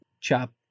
chop